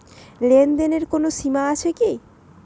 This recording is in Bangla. লেনদেনের কোনো সীমা আছে কি?